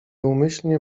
umyślnie